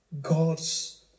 God's